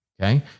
Okay